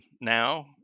now